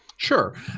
Sure